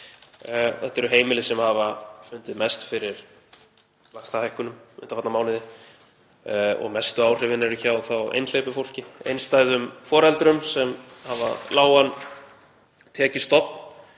Þetta eru heimili sem hafa fundið mest fyrir vaxtahækkunum undanfarna mánuði og mestu áhrifin eru hjá einhleypu fólki, einstæðum foreldrum sem hafa lágan tekjustofn